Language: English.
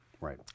Right